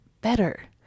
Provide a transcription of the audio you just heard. better